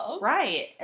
Right